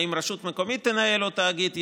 האם שרשות תנהל או שתאגיד ינהל.